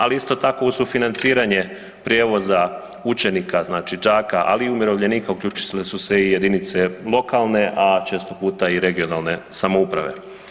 Ali isto tako uz sufinanciranje prijevoza učenika znači đaka, ali i umirovljenika uključile su se i jedinice lokalne, a često puta i regionalne samouprave.